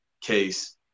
case